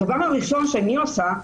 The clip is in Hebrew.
הדבר הראשון שאני עושה,